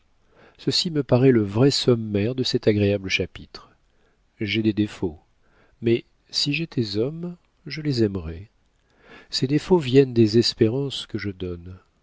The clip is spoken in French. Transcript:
ceci me paraît le vrai sommaire de cet agréable chapitre j'ai des défauts mais si j'étais homme je les aimerais ces défauts viennent des espérances que je donne